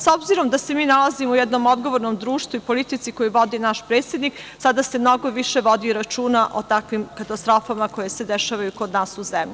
S obzirom da se mi nalazimo u jednom odgovornom društvu i politici koju vodi naš predsednik, sada se mnogo više vodi računa o takvim katastrofama koje se dešavaju kod nas u zemlji.